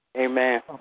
Amen